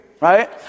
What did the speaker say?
right